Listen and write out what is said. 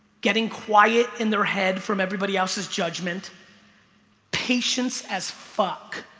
getting quiet in their head from everybody else's judgment patience as fuck